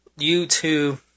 YouTube